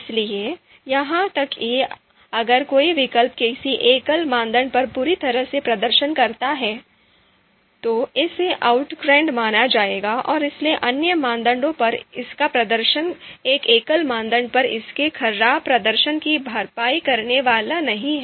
इसलिए यहां तक कि अगर कोई विकल्प किसी एकल मानदंड पर बुरी तरह से प्रदर्शन करता है तो इसे आउटक्रेन्ड माना जाएगा और इसलिए अन्य मानदंडों पर इसका प्रदर्शन एक एकल मानदंड पर इसके खराब प्रदर्शन की भरपाई करने वाला नहीं है